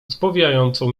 spowijającą